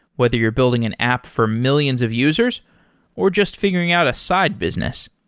whether you're building an app for millions of users or just figuring out a side business.